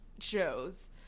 shows